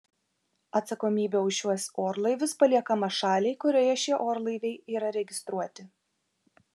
atsakomybė už šiuos orlaivius paliekama šaliai kurioje šie orlaiviai yra registruoti